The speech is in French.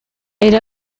elle